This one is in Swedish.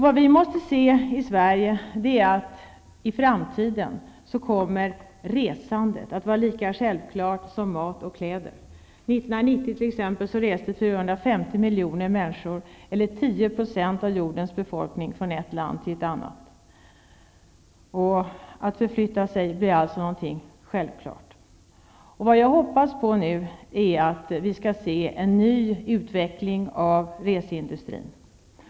Vad vi måste se i Sverige är att resandet i framtiden kommer att vara lika självklart som mat och kläder. 1990 reste 450 miljoner människor, eller 10 % av jordens befolkning, från ett land till ett annat. Att förflytta sig kommer att bli någonting självklart. Vad jag hoppas på nu är att vi skall få ny utveckling av reseindustrin.